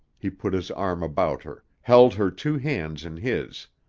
he put his arm about her, held her two hands in his